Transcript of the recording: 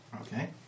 okay